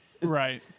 Right